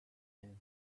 and